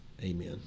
Amen